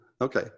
Okay